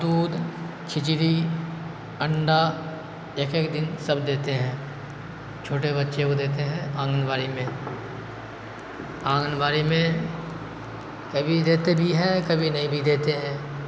دودھ کھچڑی انڈا ایک ایک دن سب دیتے ہیں چھوٹے بچے کو دیتے ہیں آنگن واڑی میں آنگن واڑی میں کبھی دیتے بھی ہیں کبھی نہیں بھی دیتے ہیں